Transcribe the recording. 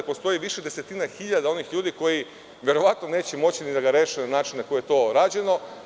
Postoji više desetina hiljada onih ljudi koji verovatno neće moći da ga reše na način na koji je to rađeno.